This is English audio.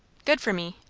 good for me?